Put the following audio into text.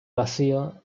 vacío